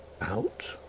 Out